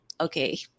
okay